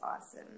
awesome